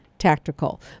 Tactical